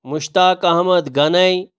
Mushtaq Ahmad Ghani